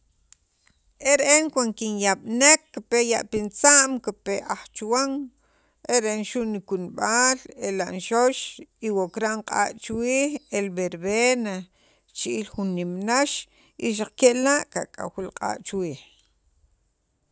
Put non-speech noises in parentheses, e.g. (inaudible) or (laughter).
e re'en cuando kinyab'nek kipe ya' pintza'm kipe aj chuwan e re'en xu' nikunb'al el anxox y wa kira'n q'a' chuwiij el berbera richi'iil jun nimnax y xaq kela' kak'aw li q'a' chu wiij (noise)